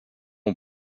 ont